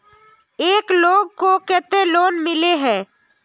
एक लोग को केते लोन मिले है?